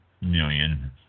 million